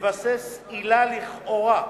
מבסס עילה לכאורה,